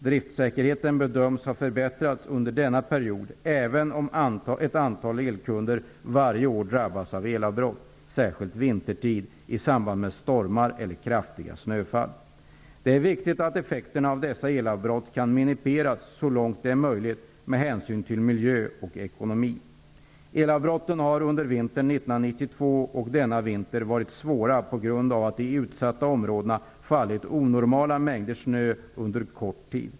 Driftsäkerheten bedöms ha förbättrats under denna period även om ett antal elkunder varje år drabbas av elavbrott, särskilt vintertid, i samband med stormar eller kraftiga snöfall. Det är viktigt att effekterna av dessa elavbrott kan minimeras så långt det är möjligt med hänsyn till miljö och ekonomi. Elavbrotten har under vintern 1992 och denna vinter varit svåra på grund av att det i de utsatta områdena fallit onormala mängder snö under kort tid.